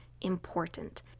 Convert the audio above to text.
important